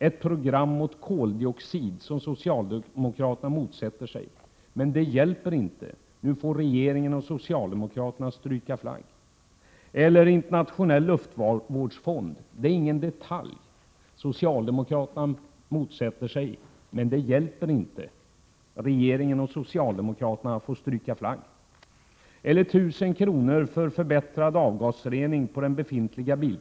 Socialdemokraterna motsätter sig ett program mot koldioxidutsläpp, men det hjälper inte; nu får regeringen och socialdemokraterna stryka flagg. En internationell luftvårdsfond är ingen detalj. Socialdemokraterna motsätter sig förslaget, men det hjälper inte; regeringen och socialdemokraterna får stryka flagg. Det är obegripligt att socialdemokraterna avvisar ett förslag om stöd på 1 000 kr.